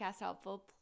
helpful